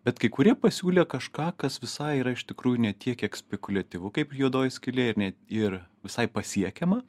bet kai kurie pasiūlė kažką kas visai yra iš tikrųjų ne tiek kiek spekuliatyvu kaip juodoji skylė ir net ir visai pasiekiama